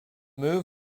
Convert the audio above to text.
move